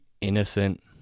innocent